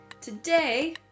Today